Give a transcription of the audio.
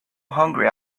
hungry